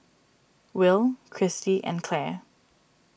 Will Christie and Claire